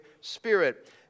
Spirit